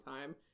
time